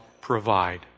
provide